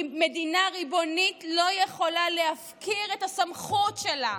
מדינה ריבונית לא יכולה להפקיר את הסמכות שלה.